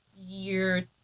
year